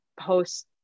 post